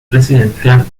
presidencial